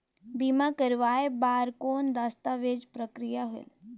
बीमा करवाय बार कौन दस्तावेज प्रक्रिया होएल?